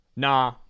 Nah